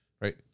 Right